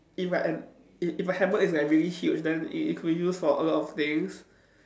if like an if if a hammer is like really huge then it it could use for a lot of things